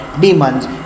demons